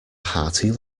hearty